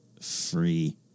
free